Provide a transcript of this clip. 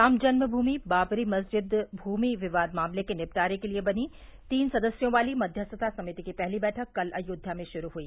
रामजन्म भूमि बाबरी मस्जिद भूमि विवाद मामले के निपटारे के लिए बनी तीन सदस्यों वाली मध्यस्थता समिति की पहली बैठक कल अयोध्या में शुरू हुई